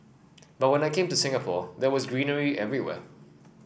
but when I came to Singapore there was greenery everywhere